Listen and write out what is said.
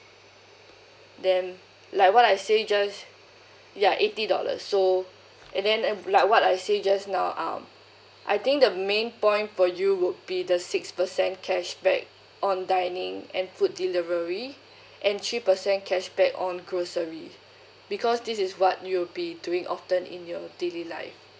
then like what I say just ya eighty dollars so and then like what I say just now um I think the main point for you would be the six percent cashback on dining and food delivery and three percent cashback on grocery because this is what you'll be doing often in your daily life